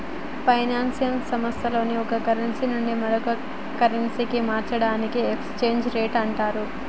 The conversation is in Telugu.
ఫైనాన్స్ సంస్థల్లో ఒక కరెన్సీ నుండి మరో కరెన్సీకి మార్చడాన్ని ఎక్స్చేంజ్ రేట్ అంటరు